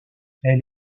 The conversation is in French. elle